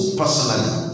personally